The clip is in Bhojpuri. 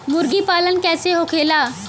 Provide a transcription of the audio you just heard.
मुर्गी पालन कैसे होखेला?